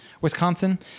Wisconsin